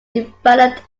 developed